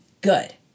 good